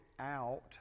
out